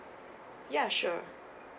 ya sure